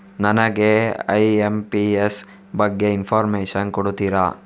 ನನಗೆ ಐ.ಎಂ.ಪಿ.ಎಸ್ ಬಗ್ಗೆ ಇನ್ಫೋರ್ಮೇಷನ್ ಕೊಡುತ್ತೀರಾ?